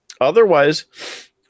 otherwise